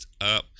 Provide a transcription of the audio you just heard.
up